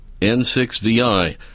N6VI